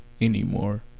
anymore